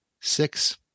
Six